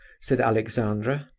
said alexandra.